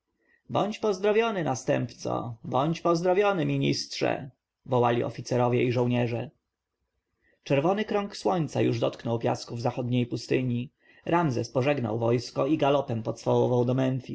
bądź pozdrowiony następco bądź pozdrowiony ministrze wołali oficerowie i żołnierze czerwony krąg słońca już dotknął piasków zachodniej pustyni ramzes pożegnał wojsko i galopem pocwałował do